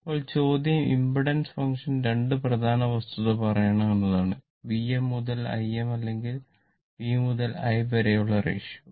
ഇപ്പോൾ ചോദ്യം impedance function 2 പ്രധാന വസ്തുത പറയണം എന്നതാണ് Vm മുതൽ Im അല്ലെങ്കിൽ V മുതൽ I വരെയുള്ള റെഷിയോ